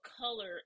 color